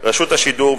רשות השידור,